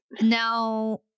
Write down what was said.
Now